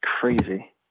crazy